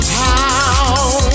town